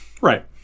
right